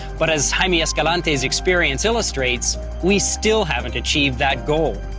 but, as jaime escalante's experience illustrates, we still haven't achieved that goal.